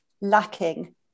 lacking